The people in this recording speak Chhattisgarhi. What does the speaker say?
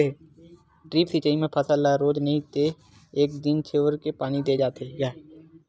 ड्रिप सिचई म फसल ल रोज नइ ते एक दिन छोरके पानी दे जाथे ग